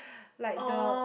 like the